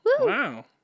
Wow